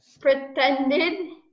pretended